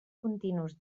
continus